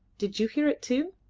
did you hear it too?